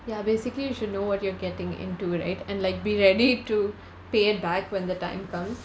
ya basically you should know what you're getting into right and like be ready to pay back when the time comes